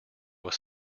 was